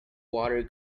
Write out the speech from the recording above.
water